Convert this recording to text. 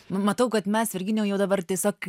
matau kad mes virginijau jau dabar tiesiog